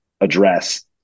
address